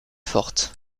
forte